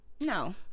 No